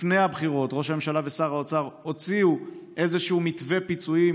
לפני הבחירות ראש הממשלה ושר האוצר הוציאו איזשהו מתווה פיצויים,